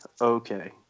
okay